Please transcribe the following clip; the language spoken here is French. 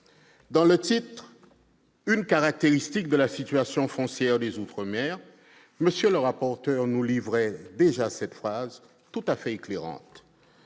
Sous le titre « Une caractéristique de la situation foncière des outre-mer », M. le rapporteur nous livrait cette phrase tout à fait éclairante